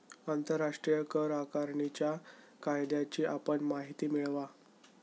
आंतरराष्ट्रीय कर आकारणीच्या कायद्याची आपण माहिती मिळवा